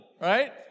right